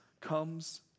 comes